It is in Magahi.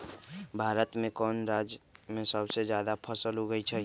भारत में कौन राज में सबसे जादा फसल उगई छई?